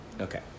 Okay